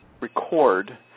record